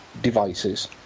devices